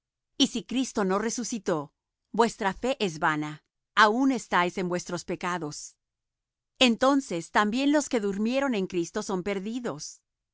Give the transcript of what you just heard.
y si cristo no resucitó vuestra fe es vana aun estáis en vuestros pecados entonces también los que durmieron en cristo son perdidos